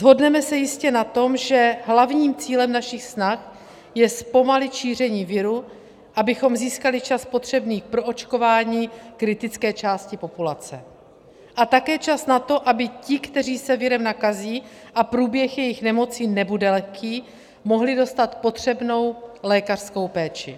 Shodneme se jistě na tom, že hlavním cílem našich snah je zpomalit šíření viru, abychom získali čas potřebný pro očkování kritické části populace, a také čas na to, aby ti, kteří se virem nakazí a průběh jejich nemoci nebude lehký, mohli dostat potřebnou lékařskou péči.